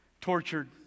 Tortured